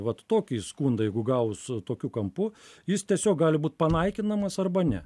vat tokį skundą jeigu gaus tokiu kampu jis tiesiog gali būt panaikinamas arba ne